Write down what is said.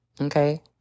Okay